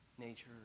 nature